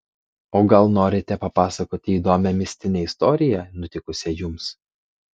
o gal norite papasakoti įdomią mistinę istoriją nutikusią jums